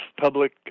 public